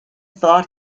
thought